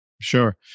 sure